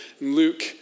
Luke